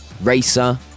Racer